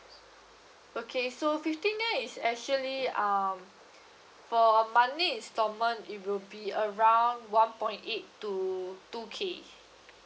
okay so fifteen year is actually um for a monthly installment it will be around one point eight to two K